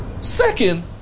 Second